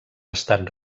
estat